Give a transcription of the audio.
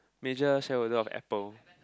major shareholder of Apple